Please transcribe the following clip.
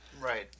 Right